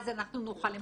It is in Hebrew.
אז אנחנו נוכל לממן.